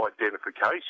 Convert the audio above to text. identification